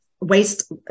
waste